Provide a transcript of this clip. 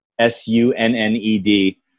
S-U-N-N-E-D